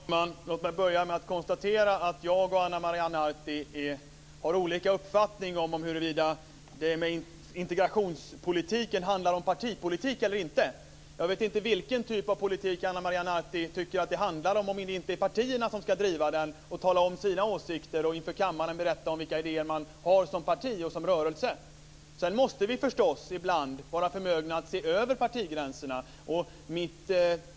Fru talman! Låt mig börja med att konstatera att jag och Ana Maria Narti har olika uppfattning om huruvida integrationspolitiken handlar om partipolitik eller inte. Jag vet inte vilken typ av politik Ana Maria Narti tycker att det handlar om ifall det inte är partierna som ska driva den, tala om sina åsikter och inför kammaren berätta om vilka åsikter man har som parti och som rörelse. Sedan måste vi förstås ibland vara förmögna att se över partigränserna.